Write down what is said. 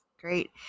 Great